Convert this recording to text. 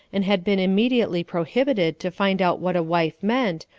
and had been im mediately prohibited to find out what a wife meant,